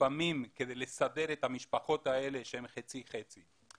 לפעמים כדי לסדר את המשפחות האלה שהם חצי חצי,